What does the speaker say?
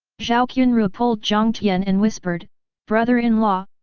zhao qianru pulled jiang tian and whispered brother-in-law,